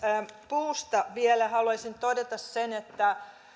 puusta vielä haluaisin todeta sen että